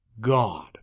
God